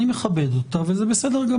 אני מכבד את זה וזה בסדר.